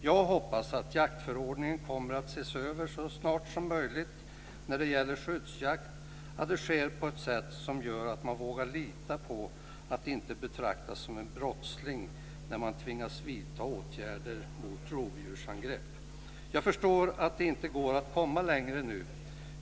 Jag hoppas att jaktförordningen kommer att ses över så snart som möjligt när det gäller skyddsjakt, att det sker på ett sätt som gör att man vågar lita på att inte betraktas som en brottsling när man tvingas vidta åtgärder mot rovdjursangrepp. Jag förstår att det inte går att komma längre nu.